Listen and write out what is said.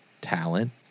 talent